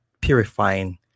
purifying